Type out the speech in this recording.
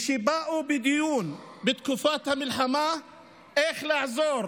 כשבאו לדיון בתקופת המלחמה איך לעזור